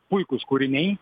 puikūs kūriniai